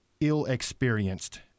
ill-experienced